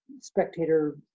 spectator